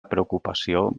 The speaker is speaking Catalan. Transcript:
preocupació